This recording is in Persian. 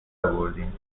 آوردین